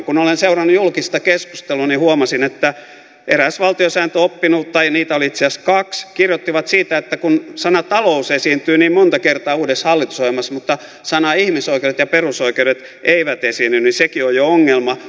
kun olen seurannut julkista keskustelua niin huomasin että eräs valtiosääntöoppinut tai niitä oli itse asiassa kaksi kirjoitti siitä että kun sana talous esiintyy niin monta kertaa uudessa hallitusohjelmassa mutta sanat ihmisoikeudet ja perusoikeudet eivät esiinny niin sekin on jo ongelma